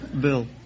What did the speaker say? Bill